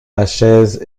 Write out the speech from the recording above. lachaise